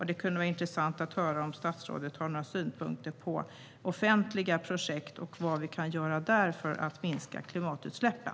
Det kunde vara intressant att höra om statsrådet har några synpunkter på offentliga projekt och vad vi kan göra där för att minska klimatutsläppen.